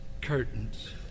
curtains